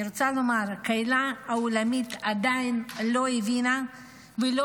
אני רוצה לומר: הקהילה העולמית עדיין לא הבינה ולא